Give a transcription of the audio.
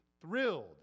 thrilled